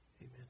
Amen